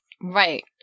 right